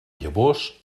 llavors